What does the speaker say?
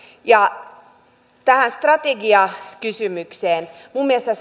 tähän strategiakysymykseen minun mielestäni